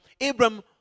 Abram